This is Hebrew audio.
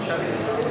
התשע"א 2011,